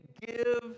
give